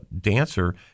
dancer